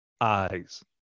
eyes